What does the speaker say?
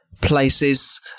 places